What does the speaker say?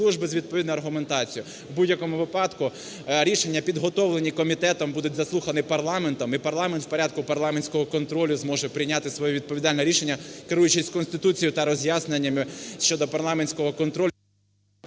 В будь-якому випадку рішення, підготовлені комітетом будуть заслухані парламентом, і парламент у порядку парламентського контролю зможе прийняти своє відповідальне рішення, керуючись Конституцією та роз'ясненнями щодо парламентського контролю…